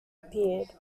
appeared